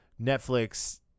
Netflix